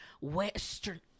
western